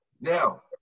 Now